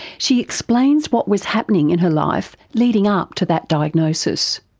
she explains what was happening in her life leading up to that diagnosis.